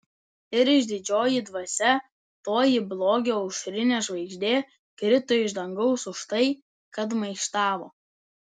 ir išdidžioji dvasia toji blogio aušrinė žvaigždė krito iš dangaus už tai kad maištavo